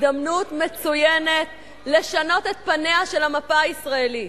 הזדמנות מצוינת לשנות את פניה של המפה הישראלית.